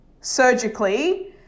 surgically